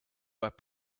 web